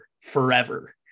forever